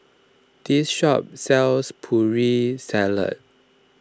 this shop sells Putri Salad